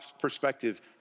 perspective